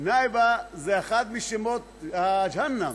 זה אחד משמות הג'הנם,